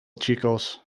chicos